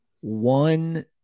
one